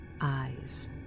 eyes